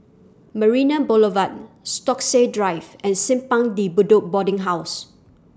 Marina Boulevard Stokesay Drive and Simpang De Budo Boarding House